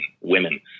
women